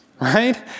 right